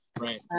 Right